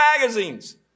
magazines